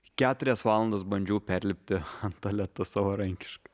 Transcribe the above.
keturias valandas bandžiau perlipti ant tualeto savarankiškai